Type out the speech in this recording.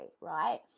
Right